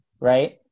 right